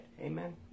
Amen